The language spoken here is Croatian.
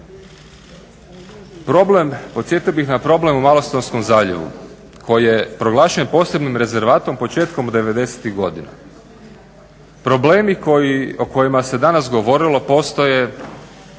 Problem, podsjetio bih na problem u Malostonskom zaljevu koji je proglašen posebnim rezervatom početkom 90-tih godina. Problemi o kojima se danas govorilo postoje,